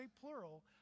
plural